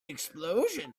explosion